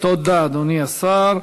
תודה, אדוני השר.